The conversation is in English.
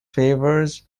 favours